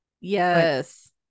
Yes